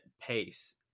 pace